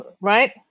right